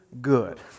good